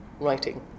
writing